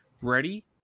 Ready